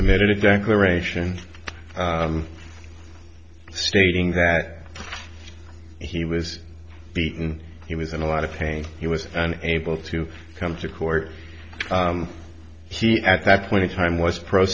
submitted a declaration stating that he was beaten he was in a lot of pain he was able to come to court he at that point in time was pro